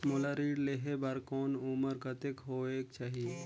मोला ऋण लेहे बार मोर उमर कतेक होवेक चाही?